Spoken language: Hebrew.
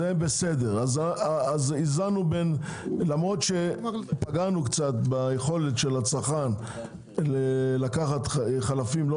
אז למרות שפגענו קצת ביכולת של הצרכן לקחת חלפים לא